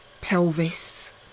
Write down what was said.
pelvis